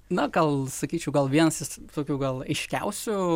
na gal sakyčiau gal vienas tokių gal aiškiausių